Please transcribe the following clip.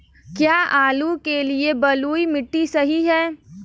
क्या आलू के लिए बलुई मिट्टी सही है?